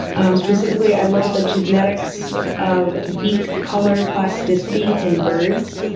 um specifically, i look at the genetics of beak color plasticity in birds.